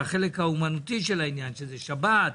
החלק האמנותי של העניין שבת,